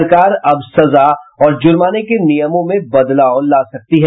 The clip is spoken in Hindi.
सरकार अब सजा और जुर्माने के नियमों में बदलाव ला सकती है